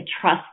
trust